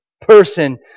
person